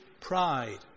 pride